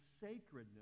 sacredness